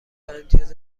امتیاز